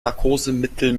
narkosemittel